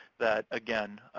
that, again,